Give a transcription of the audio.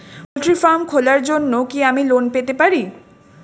Poultry farm খোলার জন্য কি আমি লোন পেতে পারি?